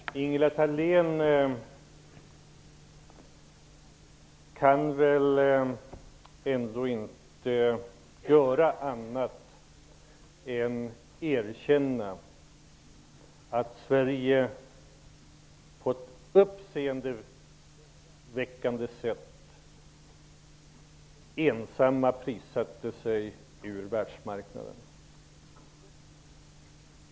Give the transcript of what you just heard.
Herr talman! Ingela Thalén kan väl ändå inte annat än erkänna att Sverige på ett uppseendeväckande sätt ensamt prissatte sig ur världsmarknaden.